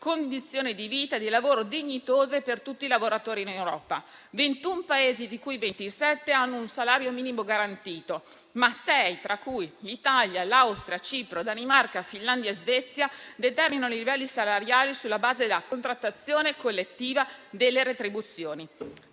condizioni di vita e di lavoro dignitose per tutti i lavoratori in Europa: 21 dei 27 Paesi europei hanno un salario minimo garantito, ma sei - l'Italia, l'Austria, Cipro, Danimarca, Finlandia e Svezia - determinano i livelli salariali sulla base della contrattazione collettiva delle retribuzioni.